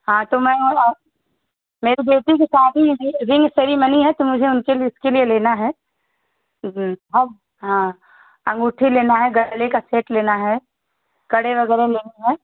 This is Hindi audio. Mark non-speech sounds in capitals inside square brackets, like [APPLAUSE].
हाँ तो मैं और मेरी बेटी की शादी है जी रिंग सेरिमनी है तो मुझे उनके लिए उसके लिए लेना है [UNINTELLIGIBLE] हाँ अंगूठी लेना है गले का सेट लेना है कड़े वग़ैरह लेना है